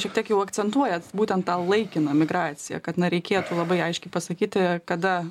šiek tiek jau akcentuojat būtent tą laikiną migraciją kad na reikėtų labai aiškiai pasakyti kada